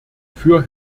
für